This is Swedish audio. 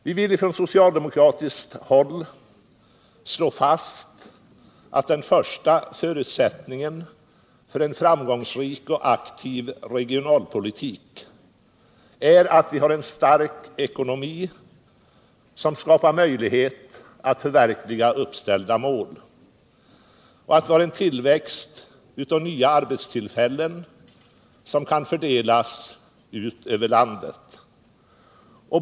Vi vill från socialdemokratiskt håll slå fast att den första förutsättningen för en framgångsrik och aktiv regionalpolitik är en stark ekonomi, som skapar möjlighet att förverkliga uppställda mål och en tillväxt av nya arbetstillfällen som kan fördelas över landet.